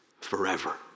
forever